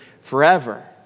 forever